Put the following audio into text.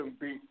beat